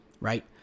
right